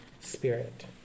spirit